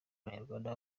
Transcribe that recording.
abanyarwanda